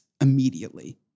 immediately